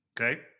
Okay